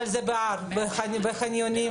ובחניונים?